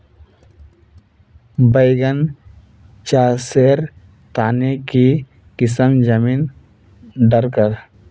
बैगन चासेर तने की किसम जमीन डरकर?